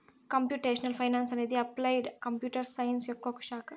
computational finance అనేది applied computer science యొక్క ఒక శాఖ